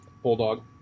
Bulldog